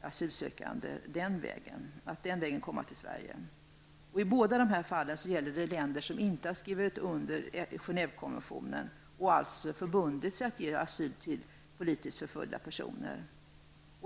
asylsökande från att komma den vägen till Sverige. I båda dessa fall gäller det länder som inte har skrivit under Genèvekonventionen och förbundit sig att ge asyl till politiskt förföljda personer.